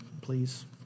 Please